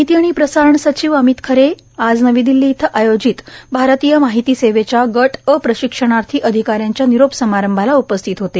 माहिती आणि प्रसारण सचिव अमित खरे आज नवी दिल्ली इथं आयोजित भारतीय माहिती सेवेच्या गट अ प्रशिक्षणार्थी अधिकाऱ्यांच्या निरोप समारंभाला उपस्थित होते